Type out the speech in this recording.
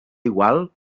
igual